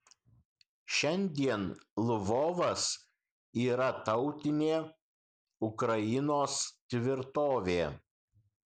šiandien lvovas yra tautinė ukrainos tvirtovė